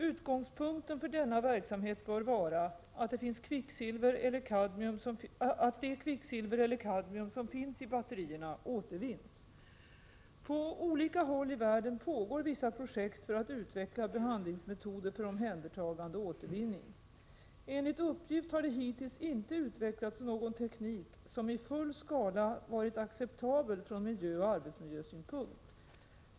Utgångspunkten för denna verksamhet bör vara att det kvicksilver eller kadmium som finns i batterierna återvinns. På olika håll i världen pågår vissa projekt för att utveckla behandlingsmetoder för omhändertagande och återvinning. Enligt uppgift har det hittills inte utvecklats någon teknik som i full skala varit acceptabel från miljöoch arbetsmiljösynpunkt.